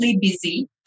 busy